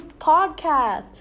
Podcast